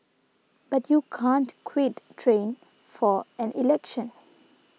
but you can't quite train for an election